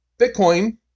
Bitcoin